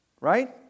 Right